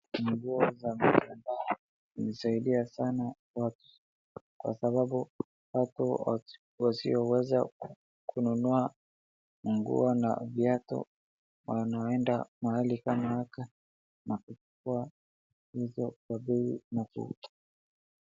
Nguo za mitumba husaidia sana kwa sababu watu wasioweza kununua nguo na viatu wanaenda mahali kama hapa na kuchukua vitu kwa bei nafuu.